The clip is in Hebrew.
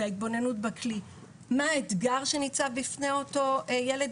וההתבוננות בכלי מה האתגר שניצב בפני אותו ילד,